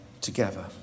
together